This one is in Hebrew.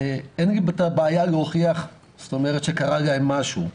אין לי בעיה להוכיח שקרה להם משהו.